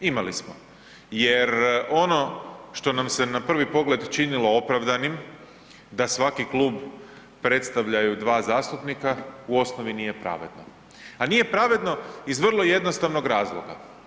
Imali smo jer ono što nam se na prvi pogled činilo opravdanim, da svaki klub predstavljaju 2 zastupnika, u osnovi nije pravedno, a nije pravedno iz vrlo jednostavnog razloga.